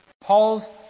Paul's